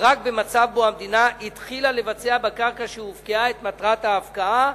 רק במצב שבו המדינה התחילה לבצע בקרקע שהופקעה את מטרת ההפקעה,